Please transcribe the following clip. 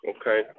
Okay